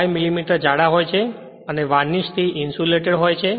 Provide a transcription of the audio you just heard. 5 millimetre જાડા હોય છે અને વાર્નિશથી ઇન્સ્યુલેટરહોય છે